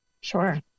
Sure